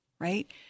right